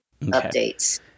updates